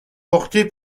porté